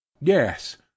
Yes